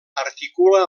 articula